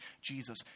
Jesus